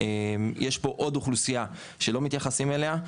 יש פה עוד אוכלוסייה שלא מתייחסים אליה,